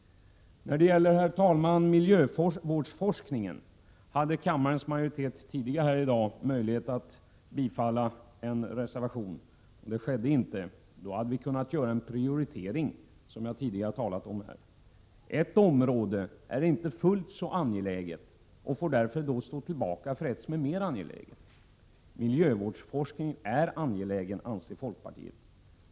När det gäller miljövårdsforskningen hade kammarens majoritet tidigare i dag möjlighet att bifalla en reservation. Det skedde inte. Om så hade blivit fallet hade vi kunnat göra en prioritering som jag tidigare talat om. Ett område är inte fullt så angeläget och får därför stå tillbaka för ett som är mer angeläget. Miljövårdsforskningen är angelägen, anser folkpartiet.